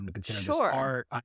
Sure